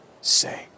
say